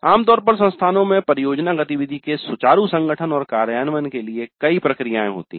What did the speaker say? आमतौर पर संस्थानों में परियोजना गतिविधि के सुचारू संगठन और कार्यान्वयन के लिए कई प्रक्रियाएं होती हैं